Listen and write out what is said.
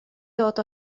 dod